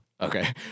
Okay